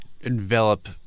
envelop